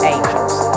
Angels